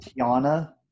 Tiana